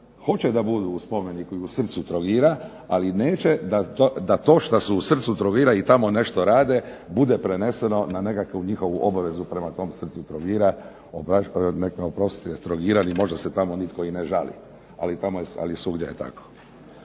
hoće da budu u spomeniku i u srcu Trogira, ali neće da to što su u srcu Trogira i tamo nešto rade bude preneseno na nekakvu njihovu obvezu prema tom srcu Trogira. Nek mi oproste Trogirani, možda se tamo nitko i ne žali, ali svugdje je tako.